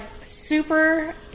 super